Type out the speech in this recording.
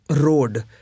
road